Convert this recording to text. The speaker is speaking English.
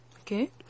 Okay